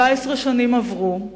14 שנים עברו,